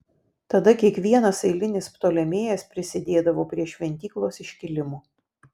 tada kiekvienas eilinis ptolemėjas prisidėdavo prie šventyklos iškilimo